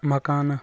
مکانہٕ